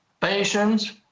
patients